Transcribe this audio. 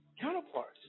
counterparts